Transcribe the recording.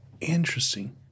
Interesting